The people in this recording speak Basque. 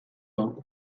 hau